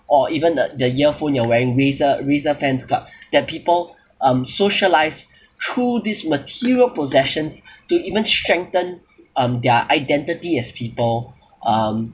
or even the the earphone you're wearing razer razer fans club that people um socialize through this material possessions to even strengthen um their identity as people um